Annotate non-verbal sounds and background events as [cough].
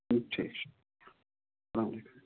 [unintelligible] ٹھیٖک چھُ السلام علیکُم